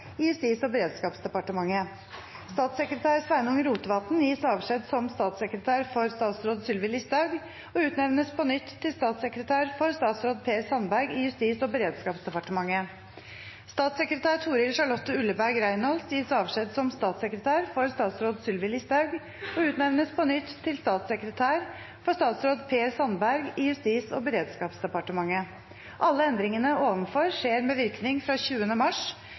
i Justis- og beredskapsdepartementet. Statssekretær Sveinung Rotevatn gis avskjed som statssekretær for statsråd Sylvi Listhaug og utnevnes på nytt til statssekretær for statsråd Per Sandberg i Justis- og beredskapsdepartementet. Statssekretær Toril Charlotte Ulleberg Reynolds gis avskjed som statssekretær for statsråd Sylvi Listhaug og utnevnes på nytt til statssekretær for statsråd Per Sandberg i Justis- og beredskapsdepartementet. Alle endringene ovenfor skjer med virkning fra 20. mars